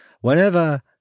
whenever –